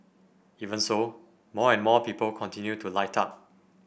even so more and more people continue to light up